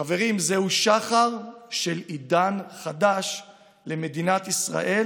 חברים, זהו שחר של עידן חדש למדינת ישראל